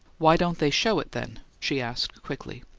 why don't they show it, then? she asked, quickly.